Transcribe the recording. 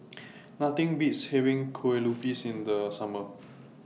Nothing Beats having Kue Lupis in The Summer